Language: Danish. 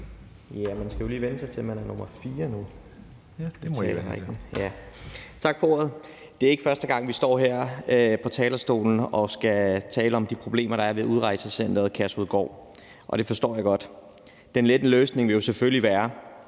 formand. Man skal jo lige vænne sig til, at man er nummer fire nu. Tak for ordet. Det er ikke første gang, vi står her på talerstolen og skal tale om de problemer, der er ved Udrejsecenter Kærshovedgård – og det forstår jeg godt. Den lette løsning vil selvfølgelig være